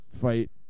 fight